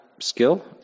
skill